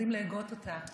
לומדים להגות אותה